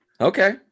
Okay